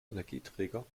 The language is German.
energieträger